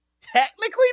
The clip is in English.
technically